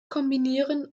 kombinieren